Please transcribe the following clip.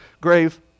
grave